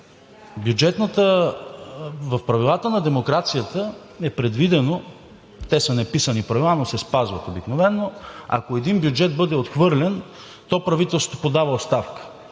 разбрали. В правилата на демокрацията е предвидено, те са неписани правила, но се спазват обикновено, ако един бюджет бъде отхвърлен, то правителството подава оставка.